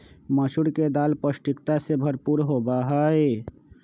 मसूर के दाल पौष्टिकता से भरपूर होबा हई